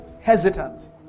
hesitant